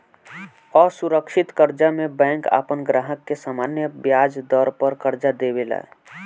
असुरक्षित कर्जा में बैंक आपन ग्राहक के सामान्य ब्याज दर पर कर्जा देवे ले